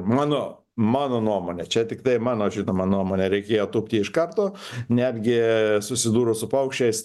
mano mano nuomone čia tiktai mano žinoma nuomone reikėjo tūpti iš karto netgi susidūrus su paukščiais